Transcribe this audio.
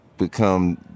become